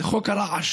זה "חוק הרעש";